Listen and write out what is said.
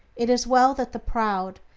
it is well that the proud,